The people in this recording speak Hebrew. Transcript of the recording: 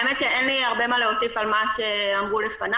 האמת היא שאין לי הרבה מה להוסיף על מה שאמרו לפניי.